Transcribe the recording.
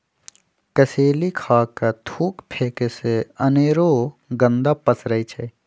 कसेलि खा कऽ थूक फेके से अनेरो गंदा पसरै छै